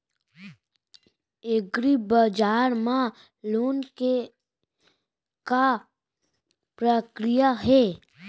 एग्रीबजार मा लोन के का प्रक्रिया हे?